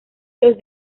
los